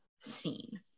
scene